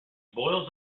boils